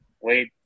wait